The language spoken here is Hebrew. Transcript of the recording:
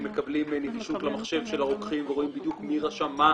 הם מקבלים נגישות למחשב של הרוקחים ורואים בדיוק מי רשם מה,